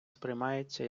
сприймається